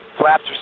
flaps